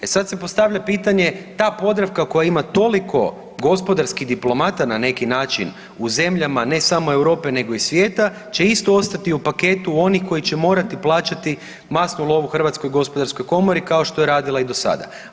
E sad se postavlja pitanje ta Podravka koja ima toliko gospodarskih diplomata na neki način u zemljama ne samo Europe nego i svijeta će isto ostati u paketu onih koji će morati plaćati masnu lovu HGK kao što je i radila do sada.